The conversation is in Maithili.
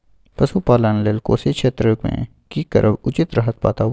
पशुपालन लेल कोशी क्षेत्र मे की करब उचित रहत बताबू?